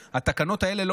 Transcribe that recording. התקנות האלה לא